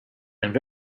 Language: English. and